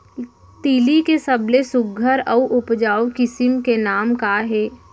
तिलि के सबले सुघ्घर अऊ उपजाऊ किसिम के नाम का हे?